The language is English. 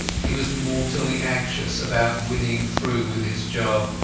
he was mortally anxious about winning through with his job,